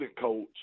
coach